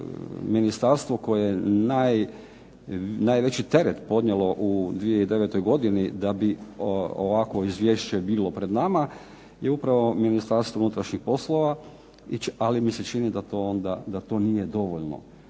ministarstvo koje je najveći teret podnijelo u 2009. godini, da bi ovakvo izvješće bilo pred nama je upravo Ministarstvo unutrašnjih poslova, ali mi se čini da to onda, da to nije dovoljno.